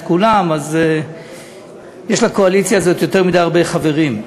כולם יש לקואליציה הזאת יותר מדי חברים.